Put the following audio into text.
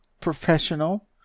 professional